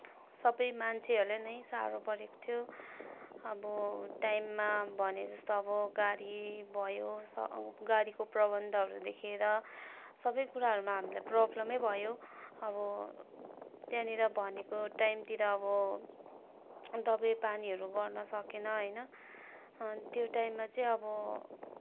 सबै मान्छेहरूलाई नै साह्रो परेको थियो अब टाइममा भनेजस्तो अब गाडी भयो गाडीको प्रबन्धहरू देखेर सबै कुराहरूमा हामीलाई प्रब्लम नै भयो अब त्यहाँनिर भनेको टाइमतिर अब दबाईपानीहरू गर्न सकिएन होइन अनि त्यो टाइममा चाहिँ अब